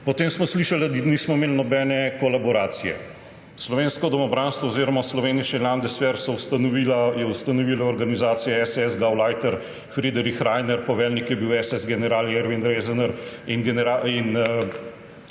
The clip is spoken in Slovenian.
Potem smo slišali, da nismo imeli nobene kolaboracije. Slovensko domobranstvo oziroma Slowenische Landwehr je ustanovila organizacija SS, Gauleiter, Friedrich Rainer, poveljnik je bil SS general Erwin Rösener in